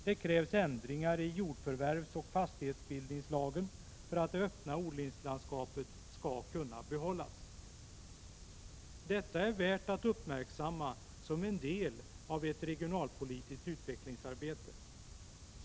Det krävs ändringar i jordförvärvsoch fastighetsbildningslagen för att det öppna odlingslandskapet skall kunna behållas. Detta är värt att uppmärksamma som en del av ett regionalpolitiskt utvecklingsarbete.